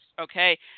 okay